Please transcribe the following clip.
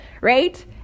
right